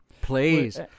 Please